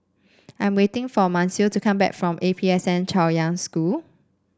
I'm waiting for Mansfield to come back from A P S N Chaoyang School